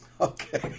Okay